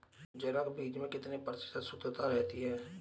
जनक बीज में कितने प्रतिशत शुद्धता रहती है?